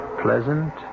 pleasant